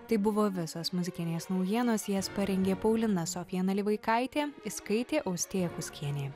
tai buvo visos muzikinės naujienos jas parengė paulina sofija nalivaikaitė įskaitė austėja kuskienė